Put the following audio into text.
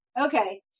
okay